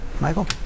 michael